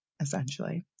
essentially